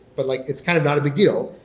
but like it's kind of not a big deal.